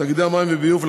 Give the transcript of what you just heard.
תאגידי המים והביוב,